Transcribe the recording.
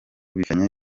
bifitanye